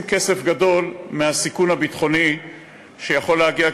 כסף גדול מהסיכון הביטחוני שיכול להגיע,